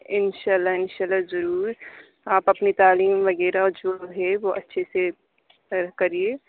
انشاء اللہ انشاء اللہ ضرور آپ اپنی تعلیم وغیرہ جو ہے وہ اچھے سے صرف کرٮٔے